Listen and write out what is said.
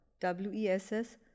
W-E-S-S